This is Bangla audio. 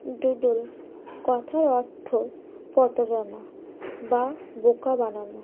ডুডল কথার অর্থ পতড়ানো বা বোকা বানানো